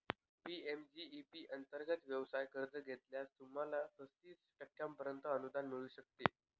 PMEG P अंतर्गत व्यवसाय कर्ज घेतल्यास, तुम्हाला पस्तीस टक्क्यांपर्यंत अनुदान मिळू शकते